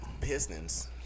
Pistons